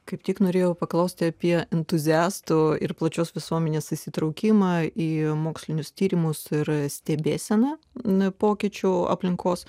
kaip tik norėjau paklausti apie entuziastų ir plačios visuomenės įsitraukimą į mokslinius tyrimus ir stebėseną nuo pokyčių aplinkos